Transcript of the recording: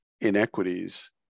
inequities